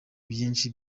byinshi